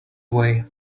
way